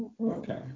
Okay